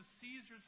Caesar's